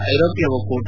ಐರೋಪ್ಯ ಒಕ್ಕೂಟ